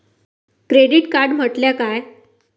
Credit card म्हटल्या काय?